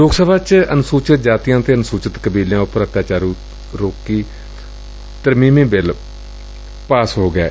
ਲੋਕ ਸਭਾ ਚ ਅਨੁਸੁਚਿਤ ਜਾਤੀਆਂ ਅਤੇ ਅਨੁਸੁਚਿਤ ਕਬੀਲਿਆਂ ਉਪਰ ਅਤਿਆਚਾਰ ਰੋਕੁ ਤਰਮੀਮੀ ਬਿੱਲ ਉਪਰ ਬਹਿਸ ਹੋ ਰਹੀ ਏ